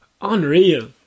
Unreal